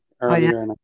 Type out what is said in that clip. earlier